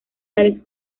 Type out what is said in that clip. tales